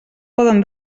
poden